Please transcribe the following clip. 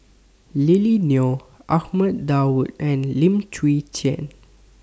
Lily Neo Ahmad Daud and Lim Chwee Chian